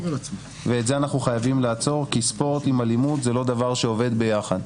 ואת זה אנחנו חייבים לעצור כי ספורט עם אלימות זה לא דבר שעובד ביחד.